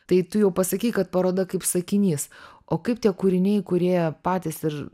tai tu jau pasakei kad paroda kaip sakinys o kaip tie kūriniai kurie patys ir